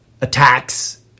attacks